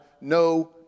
no